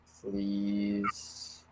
please